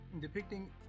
depicting